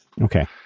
Okay